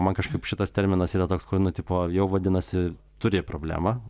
man kažkaip šitas terminas yra toks kur nu tipo jau vadinasi turi problemą